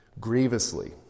grievously